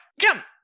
jump